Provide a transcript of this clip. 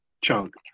chunk